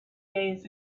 days